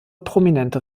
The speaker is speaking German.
prominente